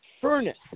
furnace